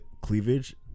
cleavage